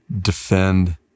defend